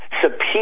subpoena